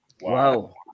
wow